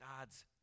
God's